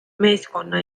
meeskonna